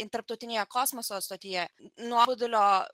intertarptautinėje kosmoso stotyje nuobodulio